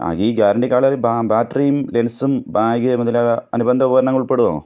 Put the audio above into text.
ആ ഈ ഗ്യാരൻറ്റി കാലയളവിൽ ബാ ബാട്രിയും ലെൻസും ബാഗ് മുതലായ അനുബന്ധ ഉപകരങ്ങളുൾപ്പെടെയോ